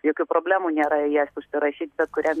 jokių problemų nėra į jas užsirašyt bet kuriam